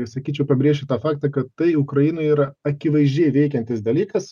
tai sakyčiau pabrėšiu tą faktą kad tai ukrainoj yra akivaizdžiai veikiantis dalykas